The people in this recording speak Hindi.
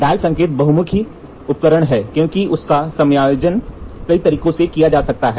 डायल संकेतक बहुमुखी उपकरण हैं क्योंकि उनका समन्वायोजन कई तरीकों से किया जा सकता है